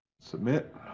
Submit